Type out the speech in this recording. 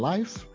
Life